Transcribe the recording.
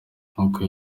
nkuko